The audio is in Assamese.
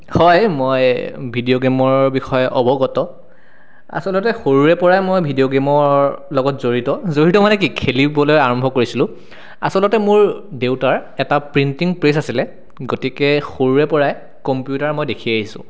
হয় মই ভিডিঅ' গেমৰ বিষয়ে অৱগত আচলতে সৰুৰে পৰাই মই ভিডিঅ' গেমৰ লগত জড়িত জড়িত মানে কি খেলিবলৈ আৰম্ভ কৰিছিলোঁ আচলতে মোৰ দেউতাৰ এটা প্ৰিণ্টিং প্ৰেছ আছিলে গতিকে সৰুৰে পৰাই কম্পিউটাৰ মই দেখি আহিছোঁ